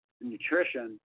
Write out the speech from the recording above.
nutrition